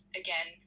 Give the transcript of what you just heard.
again